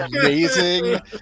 Amazing